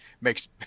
makes